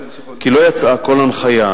כי לא יצאה כל הנחיה,